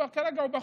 וכרגע הוא בחוץ,